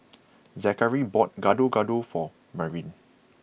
Zakary bought Gado Gado for Marian